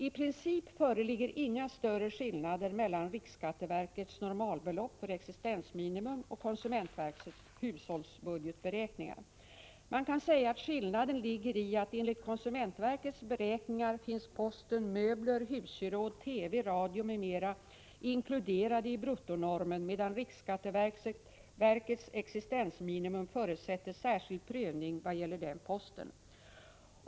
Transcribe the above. I princip föreligger inga större skillnader mellan riksskatteverkets normalbelopp för existensminimum och konsumentverkets hushållsbudgetberäkningar. Man kan säga att skillnaden ligger i att enligt konsumentverkets beräkningar posten ”Möbler, husgeråd, TV, radio m.m.” inkluderas i bruttonormen, medan riksskatteverkets existensminimum förutsätter särskild prövning vad gäller den posten.